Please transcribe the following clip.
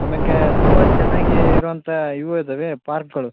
ಆಮೇಕೆ ತುಂಬಾ ಚೆನ್ನಾಗಿ ಇರುವಂಥ ಇವು ಇದ್ದಾವೆ ಪಾರ್ಕುಗಳು